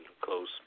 close